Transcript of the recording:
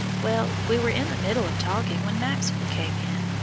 well, we were in the middle of talking when maxwell came in,